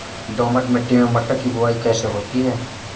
दोमट मिट्टी में मटर की बुवाई कैसे होती है?